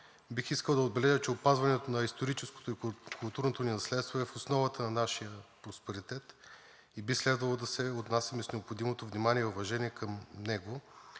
Бих искал да отбележа, че опазването на историческото и културното ни наследство е в основата на нашия просперитет и би следвало да се отнасяме с необходимото внимание и уважение към него.